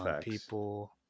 People